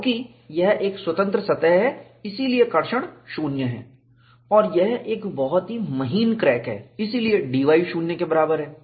क्योंकि यह एक स्वतंत्र सतह है इसलिए कर्षण ट्रैक्शन शून्य है और यह एक बहुत ही महीन क्रैक है इसलिए dy शून्य के बराबर है